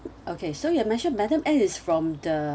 okay so you have mentioned madam M is from the